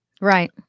right